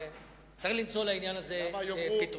וצריך למצוא לעניין הזה פתרונות.